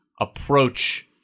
approach